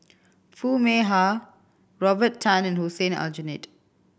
Foo Mee Har Robert Tan and Hussein Aljunied